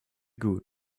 gut